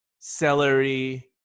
celery